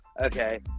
okay